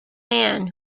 man